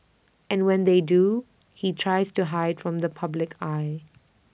and when they do he tries to hide from the public eye